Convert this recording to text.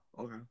Okay